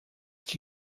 que